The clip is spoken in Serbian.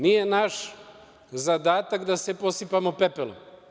Nije naš zadatak da se posipamo pepelom.